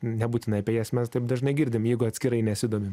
nebūtinai apie jas mes taip dažnai girdim jeigu atskirai nesidomi